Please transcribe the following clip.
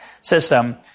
system